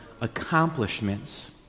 accomplishments